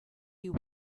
you